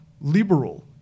liberal